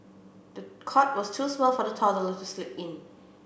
the cot was too small for the toddler to sleep in